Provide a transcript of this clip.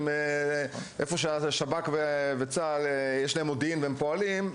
איפה שלשב״כ ולצה״ל יש מודיעין אז הם פועלים,